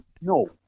No